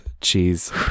cheese